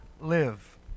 live